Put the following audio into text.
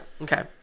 okay